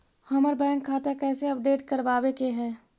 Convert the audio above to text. हमर बैंक खाता कैसे अपडेट करबाबे के है?